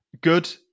Good